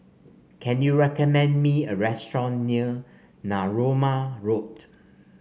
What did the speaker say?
can you recommend me a restaurant near Narooma Road